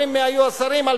זוכרים מי היו השרים?